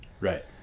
Right